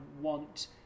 want